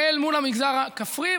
לבין המגזר הכפרי.